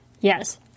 Yes